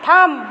থাম